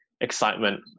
excitement